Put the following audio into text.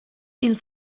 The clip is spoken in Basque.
hil